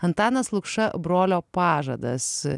antanas lukša brolio pažadas